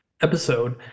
episode